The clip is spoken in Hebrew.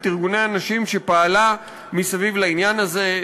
ארגוני הנשים שפעלה מסביב לעניין הזה,